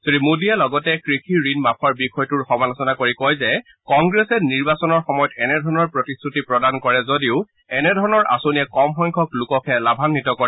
শ্ৰীমোদীয়ে লগতে কৃষি ঋণ মাফৰ বিষয়টোৰ সমালোচনা কৰি কয় যে কংগ্ৰেছে নিৰ্বাচনৰ সময়ত এনেধৰণৰ প্ৰতিশ্ৰুতি প্ৰদান কৰে যদিও এনেধৰণৰ আঁচনিয়ে কম সংখ্যক লোকহে লাভাগ্বিত কৰে